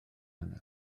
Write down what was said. yna